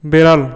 বেড়াল